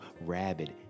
rabid